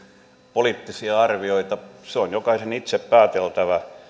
poliittisia arvioita se on jokaisen itse pääteltävä